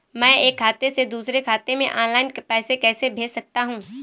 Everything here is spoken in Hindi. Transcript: मैं एक खाते से दूसरे खाते में ऑनलाइन पैसे कैसे भेज सकता हूँ?